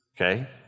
Okay